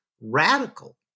radical